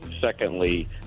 Secondly